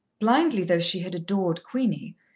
blindly though she had adored queenie,